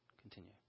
Continue